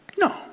No